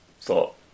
thought